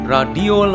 Radio